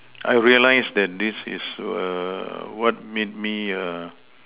I realize that this is err what made me err